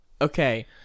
Okay